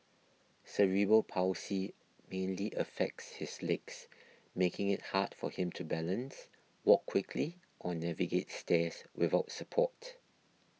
cerebral palsy mainly affects his legs making it hard for him to balance walk quickly or navigate stairs without support